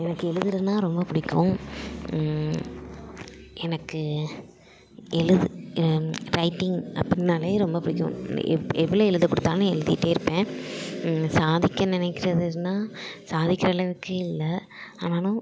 எனக்கு எழுதுவதுனா ரொம்ப பிடிக்கும் எனக்கு எழுது ரைட்டிங் அப்பிடினாலே ரொம்ப பிடிக்கும் எவ்வளோ எழுத குடுத்தாலும் எழுதிட்டே இருப்பேன் சாதிக்க நெனைக்கிறதுனா சாதிக்கிற அளவுக்கு இல்லை ஆனாலும்